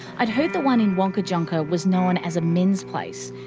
i've heard the one in wangkatjungka was known as a men's place,